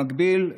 במקביל,